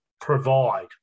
provide